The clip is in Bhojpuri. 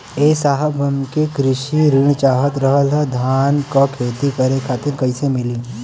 ए साहब हमके कृषि ऋण चाहत रहल ह धान क खेती करे खातिर कईसे मीली?